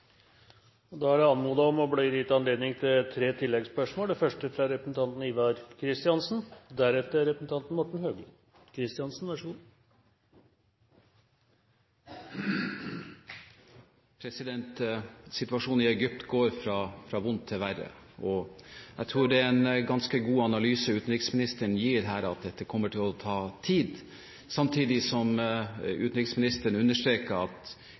anledning til det – først Ivar Kristiansen. Situasjonen i Egypt går fra vondt til verre. Jeg tror det er en ganske god analyse utenriksministeren her ga, om at dette kommer til å ta tid, samtidig som utenriksministeren understreket at